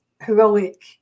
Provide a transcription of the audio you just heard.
heroic